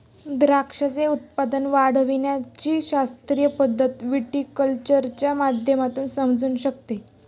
द्राक्षाचे उत्पादन वाढविण्याची शास्त्रीय पद्धत व्हिटीकल्चरच्या माध्यमातून समजू शकते